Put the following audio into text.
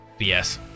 BS